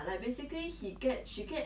um